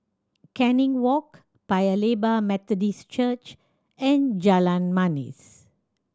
Canning Walk Paya Lebar Methodist Church and Jalan Manis